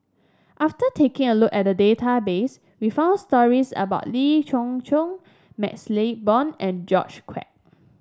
after taking a look at the database we found stories about Lee Khoon Choy MaxLe Blond and George Quek